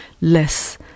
less